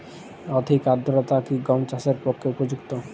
অধিক আর্দ্রতা কি গম চাষের পক্ষে উপযুক্ত?